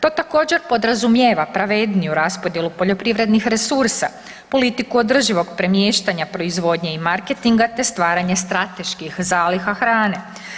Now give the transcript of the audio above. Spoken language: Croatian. To također podrazumijeva pravedniju raspodjelu poljoprivrednih resursa, politiku održivog premještanja proizvodnje i marketinga te stvaranje strateških zaliha hrane.